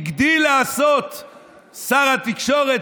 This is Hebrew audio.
הגדיל לעשות שר התקשורת,